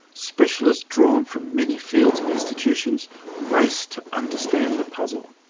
specialists drawn from many fields and institutions race to understand the puzzle.